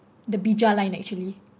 the bija line actually